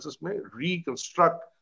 reconstruct